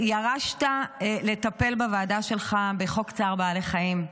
ירשת בוועדה שלך את הטיפול בחוק צער בעלי חיים,